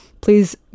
please